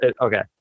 okay